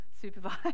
supervise